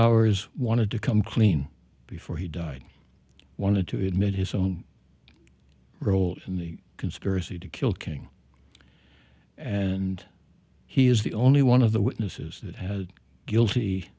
jars wanted to come clean before he died wanted to admit his own role in the conspiracy to kill king and he is the only one of the witnesses that had guilty